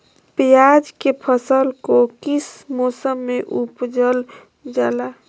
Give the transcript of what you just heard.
प्याज के फसल को किस मौसम में उपजल जाला?